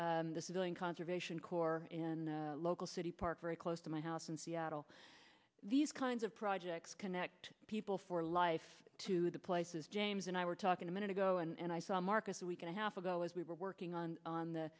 by the civilian conservation corps in local city park very close to my house in seattle these kinds of projects connect people for life to the places james and i were talking a minute ago and i saw marcus a week and a half ago as we were working on on the